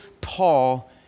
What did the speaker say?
Paul